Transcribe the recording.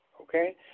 Okay